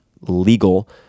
legal